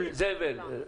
הזאת.